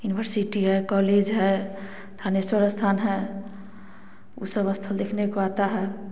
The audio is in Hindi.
यूनिवर्सिटी है कॉलेज है थानेश्वर स्थान है वो सब स्थल देखने को आता है